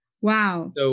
wow